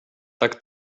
tak